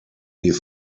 die